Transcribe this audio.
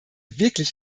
wirklich